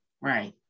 Right